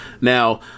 Now